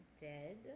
Dead